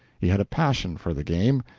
he had a passion for the game,